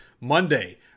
Monday